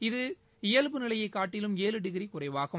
இது இயல்வு நிலையைக் காட்டிலும் ஏழு டிகிரிகுறைவாகும்